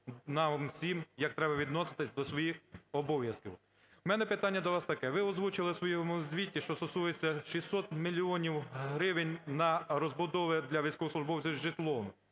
нам всім, як треба відноситися до своїх обов'язків. В мене питання до вас таке. Ви озвучили в своєму звіті, що стосується 600 мільйонів гривень на розбудову для військовослужбовців житла,